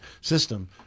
system